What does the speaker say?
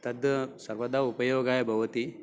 तद् सर्वदा उपयोगाय भवति